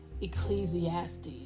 Ecclesiastes